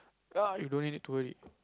ah you don't really need to worry